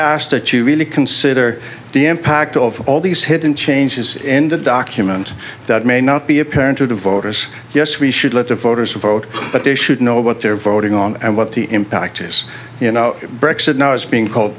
ask that you really consider the impact of all these hidden changes in the document that may not be apparent to the voters yes we should let the voters vote but they should know what they're voting on and what the impact is you know bricks and now it's being called